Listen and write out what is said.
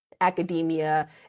academia